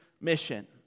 mission